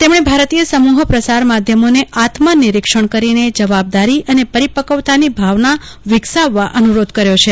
તેમણે ભારતીય સમૂહ પ્રસાર માધ્યમોને આત્મનિરીક્ષણ કરીને જવાબદારી અને પરિપકવતાની ભાવના વિકસાવવા અનુરોધ કર્યો છે